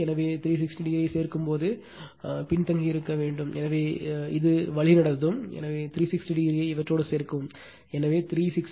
எனவே 360o ஐச் சேர்க்கும்போது பின் தங்கியிருக்க வேண்டும் எனவே இது வழிநடத்தும் எனவே 360o ஐ இவற்றோடு சேர்க்கவும் எனவே 360 240 21